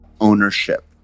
ownership